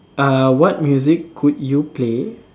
uh what music could you play